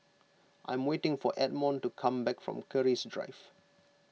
I am waiting for Edmon to come back from Keris Drive